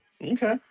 Okay